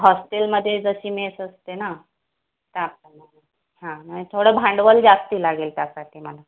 हॉस्टेलमध्ये जशी मेस असते ना त्याप्रमाणे हां मग थोडं भांडवल जास्त लागेल त्यासाठी मला